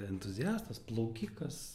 entuziastas plaukikas